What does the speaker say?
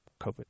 covid